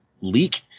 leak